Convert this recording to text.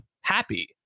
happy